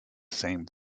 same